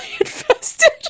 invested